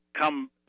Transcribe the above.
come